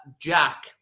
Jack